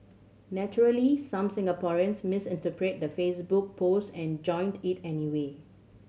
naturally some Singaporeans misinterpreted the Facebook post and joined it anyway